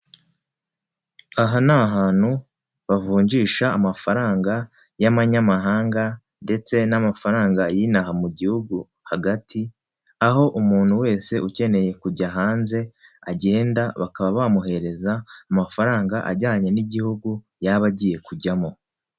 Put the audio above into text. Aha ni ahantu bavunjisha amafaranga y'amanyamahanga ndetse n'amafaranga y'ino aha mu gihugu hagati, aho umuntu wese ukeneye kujya hanze, agenda bakaba bamuhereza amafaranga ajyanye n'igihugu yaba agiye kujyamo.